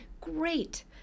Great